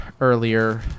earlier